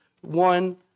one